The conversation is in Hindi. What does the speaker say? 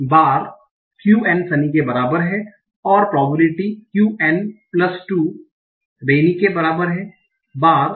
qn सनी के बराबर हैं और प्रोबेबिलिटी qn2 रैनी के बराबर है